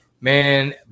man